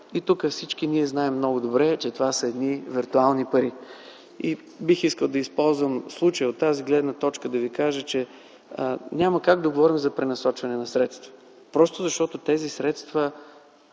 Тук всички много добре знаем, че това са виртуални пари. Бих искал да използвам случая и от тази гледна точка да Ви кажа, че няма как да говорим за пренасочване на средства, просто защото тези средства